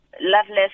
loveless